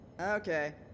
Okay